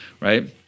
right